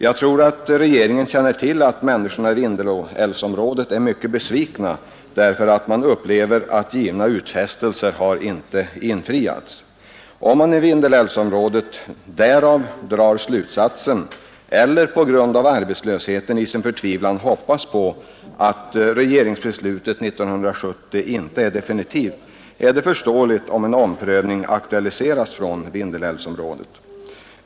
Jag tror att regeringen känner till att människorna i Vindelälvsområdet är mycket besvikna, därför att de upplever att givna utfästelser inte infriats. Om man i Vindelälvsområdet därav drar slutsatsen — eller på grund av arbetslösheten i sin förtvivlan hoppas på — att regeringsbeslutet 1970 inte är definitivt, är det förståeligt om en omprövning aktualiseras från Vindelälvsområdet.